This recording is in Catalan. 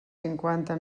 cinquanta